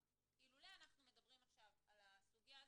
שאילולא אנחנו מדברים עכשיו על הסוגיה הזו,